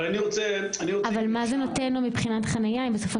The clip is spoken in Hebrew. אבל מה זה נותן לו מבחינת חניה אם בסופו